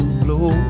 blow